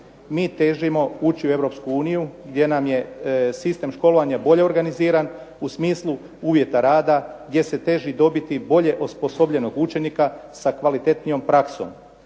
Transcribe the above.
Mi težimo ući u Europsku uniju gdje nam je sistem školovanja bolje organiziran u smislu uvjeta rada gdje se teži dobiti bolje osposobljenog učenika sa kvalitetnijom praksom.